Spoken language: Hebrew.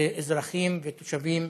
אזרחים ותושבים